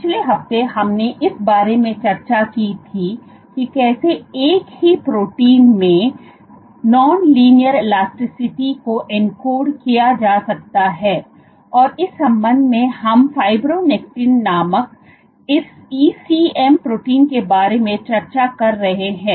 पिछले हफ्ते हमने इस बारे में चर्चा की थी कि कैसे एक ही प्रोटीन में नॉनलीनियर इलास्टिसिटी को एनकोड किया जा सकता है और इस संबंध में हम फाइब्रोनेक्टिन नामक इस ईसीएम प्रोटीन के बारे में चर्चा कर रहे थे